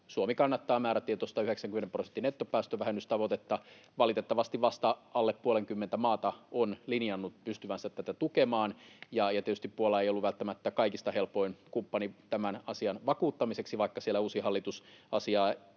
ennen kaikkea määrätietoista 90 prosentin nettopäästövähennystavoitetta. Valitettavasti vasta alle puolenkymmentä maata on linjannut pystyvänsä tätä tukemaan, ja tietysti Puola ei ollut välttämättä kaikista helpoin kumppani tämän asian vakuuttamiseksi, vaikka siellä uusi hallitus asiaa